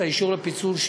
את האישור לפיצול,